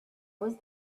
was